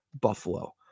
Buffalo